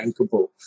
bankable